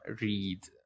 read